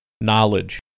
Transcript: knowledge